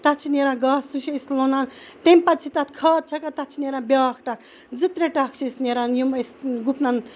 تتھ چھِ نیران گاسہٕ سُہ چھِ أسۍ لوٚنان تمہِ پَتہٕ چھِ تتھ کھاد چھَکان تتھ چھِ نیران بیاکھ ٹَکھ زٕ ترےٚ ٹَکھ چھِ أسۍ نیران یِم أسۍ گُپنَن چھِ أسۍ دِوان